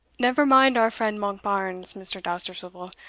never mind our friend monkbarns, mr. dousterswivel,